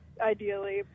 Ideally